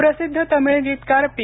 सुप्रसिद्ध तमिळ गीतकार पी